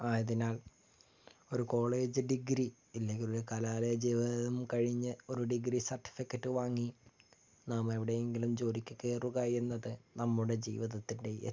ആയതിനാൽ ഒരു college degree ഇല്ലെങ്കിലൊരു കലാലയ ജീവിതം കഴിഞ്ഞ് ഒരു ഡിഗ്രി സർട്ടിഫിക്കറ്റ് വാങ്ങി നാം എവിടെയെങ്കിലും ജോലിക്ക് കയറുകയെന്നത് നമ്മുടെ ജീവിതത്തിൻ്റെ